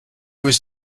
was